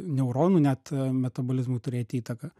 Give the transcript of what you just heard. neuronų net metabolizmui turėt įtaką